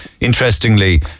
Interestingly